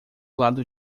lado